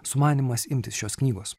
sumanymas imtis šios knygos